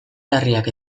larriak